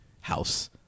house